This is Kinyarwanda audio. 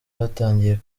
zatangiye